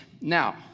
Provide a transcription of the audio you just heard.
now